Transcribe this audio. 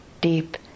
deep